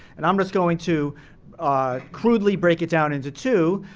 and i'm just going to ah crudely break it down into two,